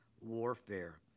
warfare